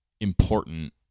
important